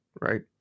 right